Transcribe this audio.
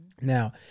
Now